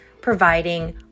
providing